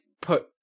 put-